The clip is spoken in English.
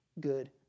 good